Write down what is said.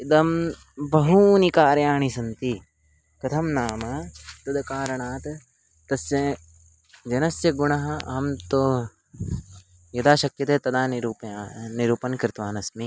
इदं बहूनि कार्याणि सन्ति कथं नाम तद् कारणात् तस्य जनस्य गुणः अहं तु यदा शक्यते तदा निरूपया निरूपणं कृतवान् अस्मि